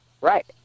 Right